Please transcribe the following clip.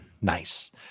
Nice